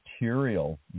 material